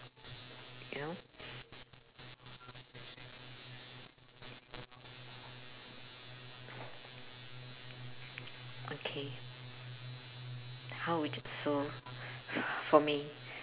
you know okay how would for me